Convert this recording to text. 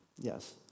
Yes